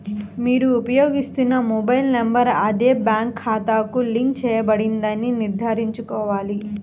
మీరు ఉపయోగిస్తున్న mobile number అదే బ్యాంక్ ఖాతాకు లింక్ చేయబడిందని నిర్ధారించుకోవాలి